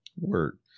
Word